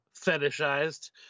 fetishized